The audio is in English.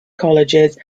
colleges